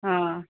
आं